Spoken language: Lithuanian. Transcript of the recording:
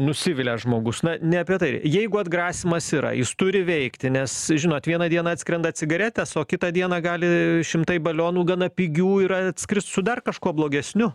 nusivilia žmogus na ne apie tai jeigu atgrasymas yra jis turi veikti nes žinot vieną dieną atskrenda cigaretės o kitą dieną gali šimtai balionų gana pigių ir atskrist su dar kažkuo blogesniu